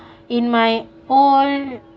in my own